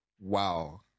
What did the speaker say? wow